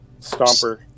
Stomper